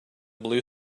blue